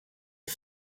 her